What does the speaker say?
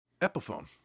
Epiphone